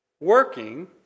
working